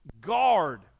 guard